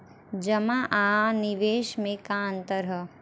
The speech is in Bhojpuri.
जमा आ निवेश में का अंतर ह?